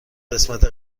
قسمت